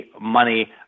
money